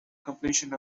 completion